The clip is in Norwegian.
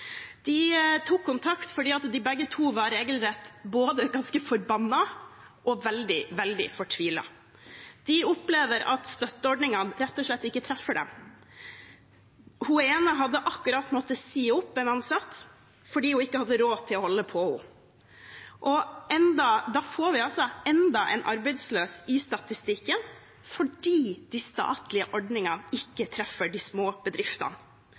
De tok kontakt fordi de begge to var regelrett både ganske forbanna og veldig, veldig fortvilet. De opplever at støtteordningene rett og slett ikke treffer dem. Den ene av dem hadde akkurat måttet si opp en ansatt fordi hun ikke hadde råd til å holde på henne. Da får vi altså enda en arbeidsløs i statistikken fordi de statlige ordningene ikke treffer de små bedriftene.